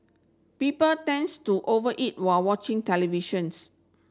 people tends to over eat while watching televisions